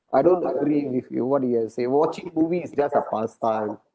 I don't agree with you what do you have say watching movie is just a past time